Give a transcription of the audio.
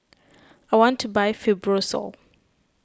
I want to buy Fibrosol